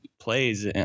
Plays